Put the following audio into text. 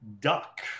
Duck